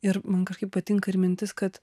ir man kažkaip patinka ir mintis kad